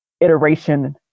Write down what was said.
iteration